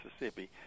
Mississippi